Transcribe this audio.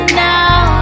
now